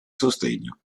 sostegno